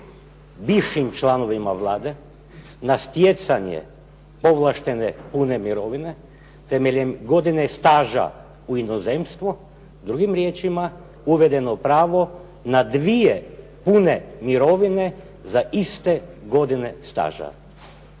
bivšim članovima Vlade na stjecanje povlaštene pune mirovine temeljem godine staža u inozemstvo. Drugim riječima uvedeno pravo na dvije pune mirovine za iste godine staža.